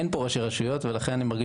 אין פה ראשי רשויות ולכן אני מרגיש